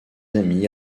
amis